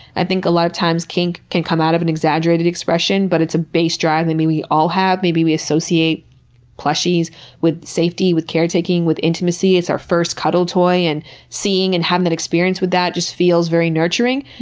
i think a lot of times kink can come out of an exaggerated expression, but it's a base drive that maybe we all have. maybe we associate plushies with safety, with caretaking, with intimacy. it's our first cuddle toy. and seeing and having that experience with that just feels very nurturing.